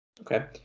Okay